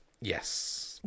Yes